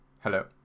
Hello